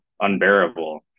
unbearable